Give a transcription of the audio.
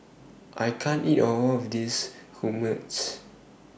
I can't eat All of This Hummus